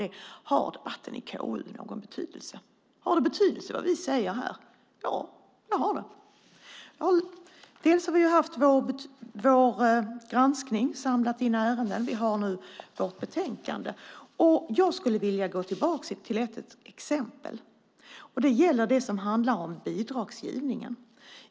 Det är: Har debatten i KU någon betydelse? Har det någon betydelse vad vi säger här? Ja, det har det. Vi har gjort vår granskning och samlat in ärenden, och nu har vi vårt betänkande. Jag skulle vilja gå tillbaka till ett exempel. Det handlar om bidragsgivningen.